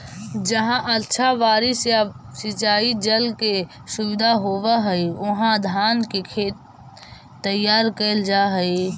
जहाँ अच्छा बारिश या सिंचाई जल के सुविधा होवऽ हइ, उहाँ धान के खेत तैयार कैल जा हइ